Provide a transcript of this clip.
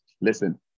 listen